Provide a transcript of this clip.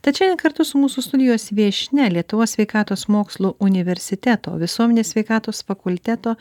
tad šiandien kartu su mūsų studijos viešnia lietuvos sveikatos mokslų universiteto visuomenės sveikatos fakulteto